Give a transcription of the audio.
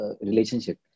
relationship